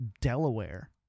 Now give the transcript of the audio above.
Delaware